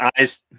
eyes